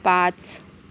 पाच